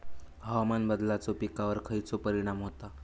हवामान बदलाचो पिकावर खयचो परिणाम होता?